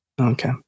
Okay